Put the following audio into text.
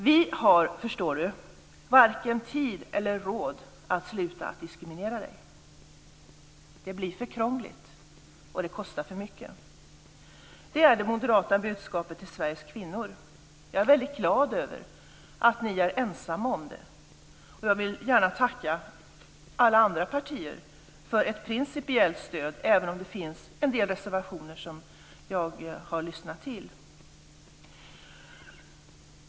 Vi har, förstår du, varken tid eller råd att sluta att diskriminera dig. Det blir för krångligt, och det kostar för mycket. Det är det moderata budskapet till Sveriges kvinnor. Jag är väldigt glad över att ni är ensamma om det. Jag vill gärna tacka alla andra partier för ett principiellt stöd, även om det finns en del reservationer som jag har lyssnat till.